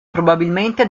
probabilmente